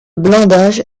blindage